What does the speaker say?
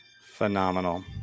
Phenomenal